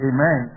Amen